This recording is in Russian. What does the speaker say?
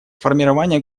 формирование